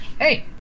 Hey